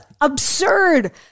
absurd